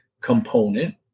component